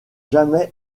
jamais